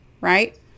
right